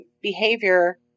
behavior